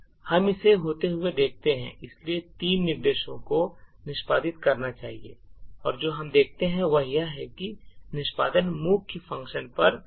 हम इसे होते हुए देखते हैं इसलिए 3 निर्देशों को निष्पादित करना चाहिए और जो हम देखते हैं वह यह है कि निष्पादन मुख्य फंक्शन पर वापस चला गया है